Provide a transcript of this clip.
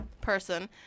person